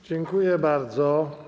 Dziękuję bardzo.